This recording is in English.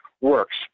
works